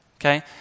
Okay